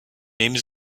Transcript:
nehme